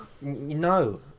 No